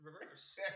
reverse